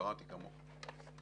קראתי כמוך.